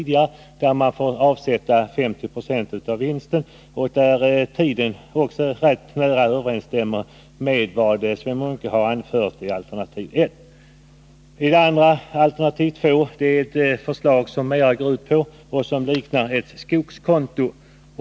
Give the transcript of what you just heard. Där får man avsätta 50 96 av vinsten. Tiden för denna överensstämmer också rätt väl med vad Sven Munke anfört i alternativ 1. Alternativ 2 är ett förslag som mera liknar ett skogskonto.